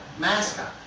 mascot